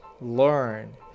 learn